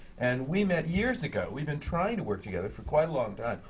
and we met years ago. we've been trying to work together for quite a long time,